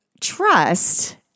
trust